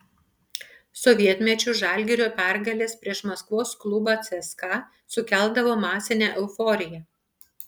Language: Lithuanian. sovietmečiu žalgirio pergalės prieš maskvos klubą cska sukeldavo masinę euforiją